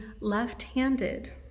left-handed